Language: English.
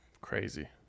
crazy